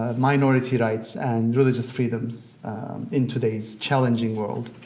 ah minority rights and religious freedoms in today's challenging world.